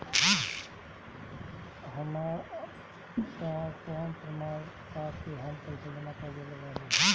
हमरा पास कौन प्रमाण बा कि हम पईसा जमा कर देली बारी?